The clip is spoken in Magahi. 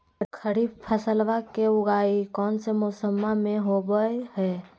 खरीफ फसलवा के उगाई कौन से मौसमा मे होवय है?